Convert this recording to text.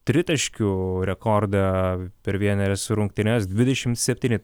tritaškių rekordą per vienerias rungtynes dvidešim septyni